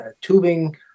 tubing